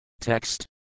Text